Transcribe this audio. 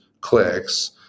clicks